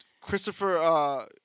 Christopher